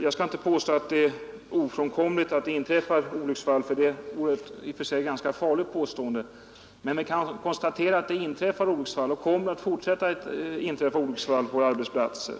Jag skall inte påstå att det är ofrånkomligt att det inträffar olyckor — det vore ett i och för sig ganska farligt påstående — men vi kan konstatera att det inträffar och även i fortsättningen kommer att inträffa olycksfall på våra arbetsplatser.